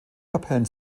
kapellen